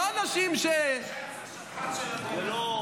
לא אנשים, זה השכפ"ץ של המדינה.